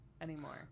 anymore